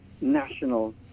national